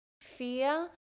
fear